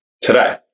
today